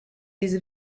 diese